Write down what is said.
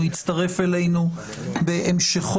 והוא יצטרף אלינו בהמשכו,